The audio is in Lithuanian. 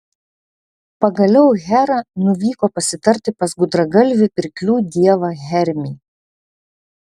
pagaliau hera nuvyko pasitarti pas gudragalvį pirklių dievą hermį